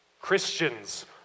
Christians